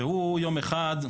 והוא יום אחד,